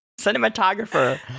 cinematographer